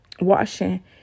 washing